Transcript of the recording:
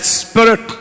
spirit